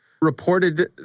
reported